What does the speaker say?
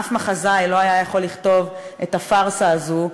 אף מחזאי לא היה יכול לכתוב את הפארסה הזאת,